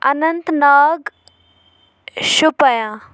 Anant Nag Shopian